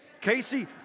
Casey